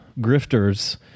Grifters